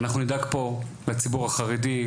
אנחנו נדאג פה לציבור החרדי,